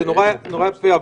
זה נורא יפה,